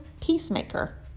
peacemaker